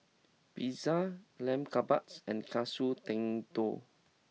Pizza Lamb Kebabs and Katsu Tendon